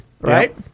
right